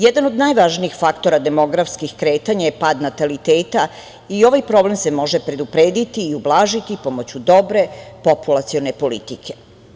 Jedan od najvažnijih faktora demografskih kretanja je pad nataliteta i ovaj problem se može preduprediti i ublažiti pomoću dobre populacione politike.